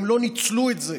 הם לא ניצלו את זה,